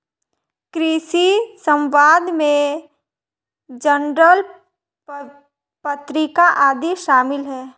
कृषि समवाद में जर्नल पत्रिका आदि शामिल हैं